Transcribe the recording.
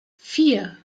vier